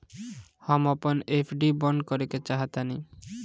हम अपन एफ.डी बंद करेके चाहातानी